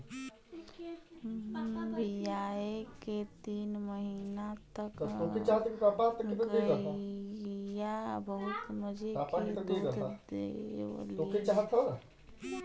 बियाये के तीन महीना तक गइया बहुत मजे के दूध देवलीन